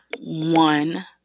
one